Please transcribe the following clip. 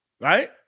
Right